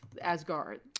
Asgard